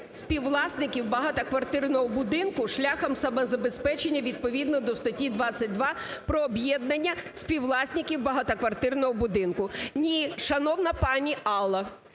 співвласників багатоквартирного будинку шляхом самозабезпечення відповідно до статті 22 про об'єднання співвласників багатоквартирного будинку. Ні, шановна пані Алло,